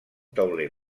tauler